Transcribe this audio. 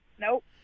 Nope